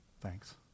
Thanks